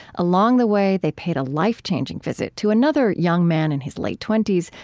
along the way, they paid a life-changing visit to another young man in his late twenty s,